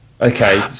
okay